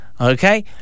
okay